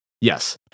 yes